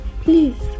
please